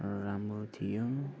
राम्रो थियो